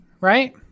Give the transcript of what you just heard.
right